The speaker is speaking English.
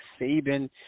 Saban